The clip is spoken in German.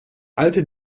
alte